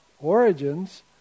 origins